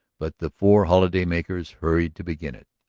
but the four holiday-makers hurried to begin it.